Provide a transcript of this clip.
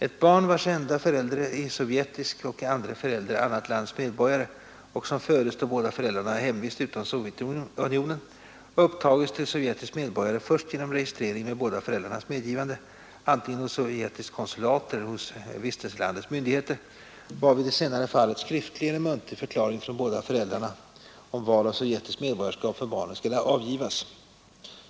Ett barn, vars ena förälder är sovjetisk och andre förälder annat lands medborgare och som födes då båda föräldrarna ha hemvist utom Sovjetunionen, upptages till sovjetisk medborgare först genom registrering med båda föräldrarnas medgivande antingen hos sovjetiskt konsulat eller hos vistelselandets myndigheter, varvid i senare fallet skriftlig eller muntlig förklaring från båda föräldrarna om val av sovjetiskt medborgarskap för barnet skall avgivas.